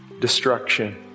destruction